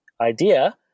idea